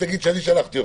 תגיד שאני שלחתי אותך.